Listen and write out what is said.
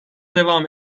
devam